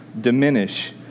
diminish